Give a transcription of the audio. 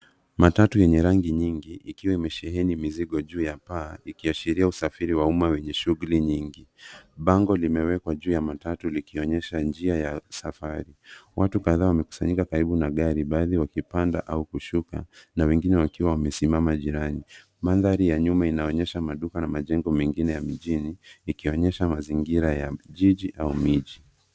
Matatu yenye rangi nyingi, ikiwa imesheheni mizigo juu ya paa, ikiashiria usafiri wa umma wenye shughuli nyingi. Bango limewekwa juu ya matatu likionyesha njia ya safari. Watu kadhaa wamekusanyika karibu na gari, baadhi wakipanda au kushuka na wengine wakiwa wamesimama jirani. Mandhari ya nyuma inaonyesha maduka na majengo mengine ya mijini, ikionyesha mazingira ya jiji au miji.